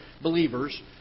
believers